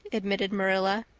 admitted marilla.